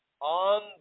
on